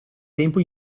tempo